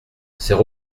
c’est